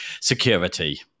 Security